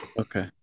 Okay